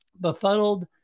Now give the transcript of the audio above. Befuddled